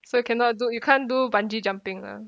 so cannot do you can't do bungee jumping lah